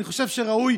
אני חושב שראוי,